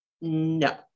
No